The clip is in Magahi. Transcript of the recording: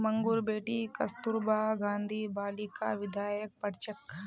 मंगूर बेटी कस्तूरबा गांधी बालिका विद्यालयत पढ़ छेक